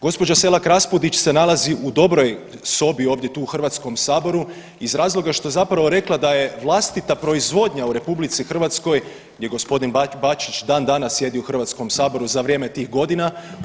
Gospođa Selak-Raspudić se nalazi u dobroj sobi ovdje tu u Hrvatskom saboru iz razloga što je zapravo rekla da je vlastita proizvodnja u Republici Hrvatskoj gdje gospodin Bačić dan danas sjedi u Hrvatskom saboru za vrijeme tih godina.